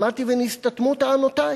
שמעתי ונסתתמו טענותי.